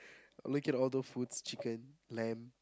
look at all those food chickens lamb